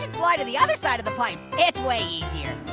and fly to the other side of the pipes. it's way easier.